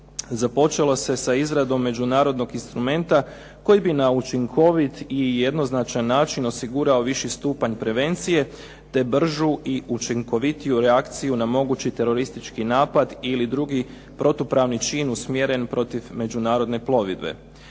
započelo se sa izradom međunarodnog instrumenta koji bi na učinkovit i jednoznačan način osigurao viši stupanj prevencije, te bržu i učinkovitiju reakciju na mogući teroristički napad ili drugi protupravni čin usmjeren protiv međunarodne plovidbe.